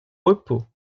repos